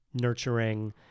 nurturing